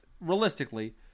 realistically